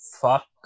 fuck